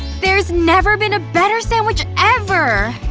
there's never been a better sandwich ever!